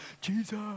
Jesus